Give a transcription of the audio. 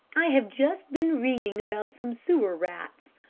i have just been reading about some sewer rats,